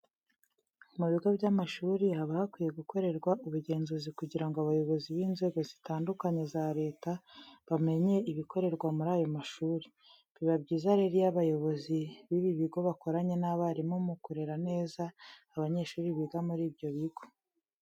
Mu bigo by'amashuri haba hakwiye gukorerwa ubugenzuzi kugirango abayobozi b'inzego zitandukanye za leta bamenye ibikorerwa muri ayo mashuri. Biba byiza rero iyo abayobozi b'ibi bigo bakoranye n'abarimu mu kurera neza abanyeshuri biga muri ibyo bigo.